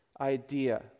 idea